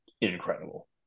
incredible